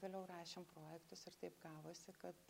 vėliau rašėm projektus ir taip gavosi kad